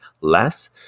less